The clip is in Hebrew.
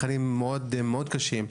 תכנים מאוד קשים.